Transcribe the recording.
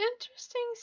interesting